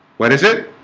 what is it?